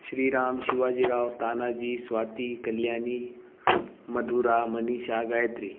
Shriram Shivajirao Tanaji Swati Kalyani Madhura Manisha Gayatri